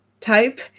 type